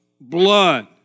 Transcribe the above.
blood